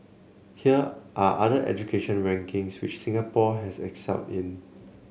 here are other education rankings which Singapore has excelled in